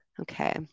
okay